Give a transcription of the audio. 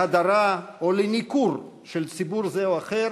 להדרה או לניכור של ציבור זה או אחר